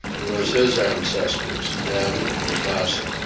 it was his ancestors, dead and dust,